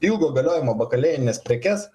ilgo galiojimo bakalėjines prekes